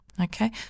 okay